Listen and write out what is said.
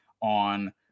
on